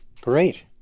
Great